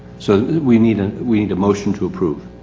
so we need a, we need a motion to approve.